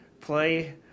play